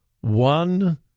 one